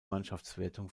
mannschaftswertung